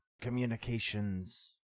communications